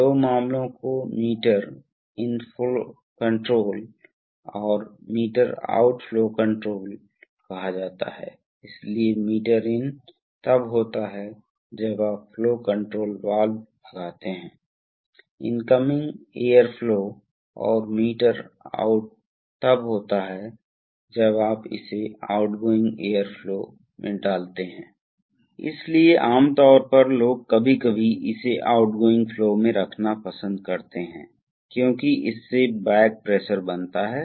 तो अब पायलट दबाव क्या है पायलट दबाव वास्तव में इस वाल्व E की सेटिंग से निर्धारित होता है इसलिए जब भी दबाव इस वाल्व E की सेटिंग से अधिक होगा तो वेंट पोर्ट खुल जाएगा इसलिए सिस्टम दबाव सीमित हो जाता है E की सेटिंग C की सेटिंग C को स्वयं एक सेटिंग के रूप में सेट करें इसकी स्वयं की सेटिंग जो नहीं है यह भी राहत वाल्व है इसलिए इसके पास यह एक दूरस्थ पायलट है